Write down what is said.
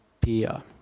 pia